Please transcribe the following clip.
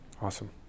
awesome